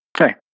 Okay